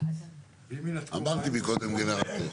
אמרתי מקודם גנרטור.